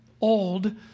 old